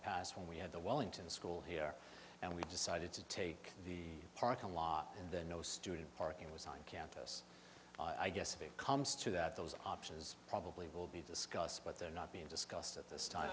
past when we had the wellington school here and we decided to take the parking lot in the no student parking was on campus i guess if it comes to that those option is probably will be discussed but they're not being discussed at this time